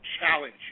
challenge